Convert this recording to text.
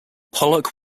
pollock